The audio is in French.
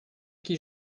qui